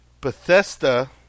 Bethesda